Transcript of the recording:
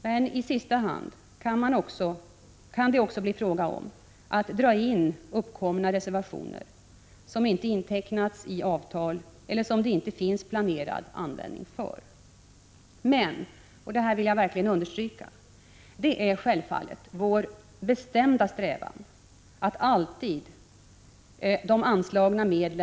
Men i sista hand kan det också bli fråga om att dra in uppkomna reservationer som inte intecknats i avtal eller som det inte finns planerad användning för. Det är självfallet — och det här vill jag verkligen understryka — vår bestämda strävan att de anslagna medlen alltid skall användas för bistånd, 39 Prot.